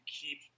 keep